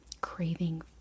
craving